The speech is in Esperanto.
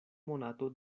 monato